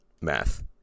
math